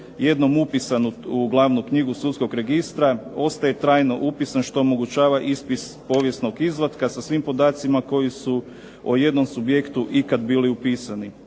jednom upisan u glavnu knjigu sudskog registra ostaje trajno upisan što omogućava ispis povijesnog izvatka sa svim podacima koji su o jednom subjektu ikad bili upisani.